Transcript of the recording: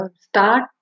start